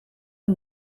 and